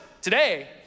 Today